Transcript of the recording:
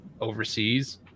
overseas